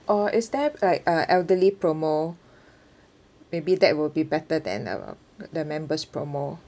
or is there like a elderly promo maybe that will be better than uh than member's promo